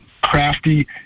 crafty